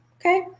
Okay